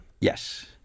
Yes